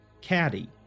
Caddy